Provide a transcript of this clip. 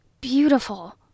beautiful